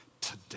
today